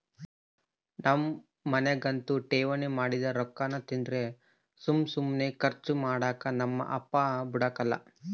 ನಮ್ ಮನ್ಯಾಗಂತೂ ಠೇವಣಿ ಮಾಡಿದ್ ರೊಕ್ಕಾನ ತಂದ್ರ ಸುಮ್ ಸುಮ್ನೆ ಕರ್ಚು ಮಾಡಾಕ ನಮ್ ಅಪ್ಪ ಬುಡಕಲ್ಲ